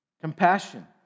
Compassion